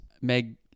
meg